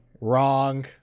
Wrong